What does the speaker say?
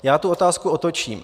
Já tu otázku otočím.